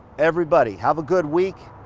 everybody have a good week.